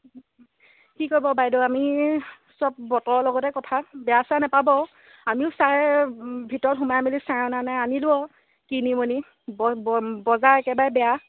কি ক'ব বাইদেউ আমি চব বতৰৰ লগতে কথা বেয়া চেয়া নাপাব আমিও চাই ভিতৰত সোমাই মেলি চাই অনা নাই আনিলোঁ আৰু কিনি মেলি ব বজাৰ একেবাৰে বেয়া